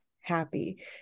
happy